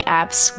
apps